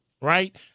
right